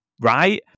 right